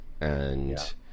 And-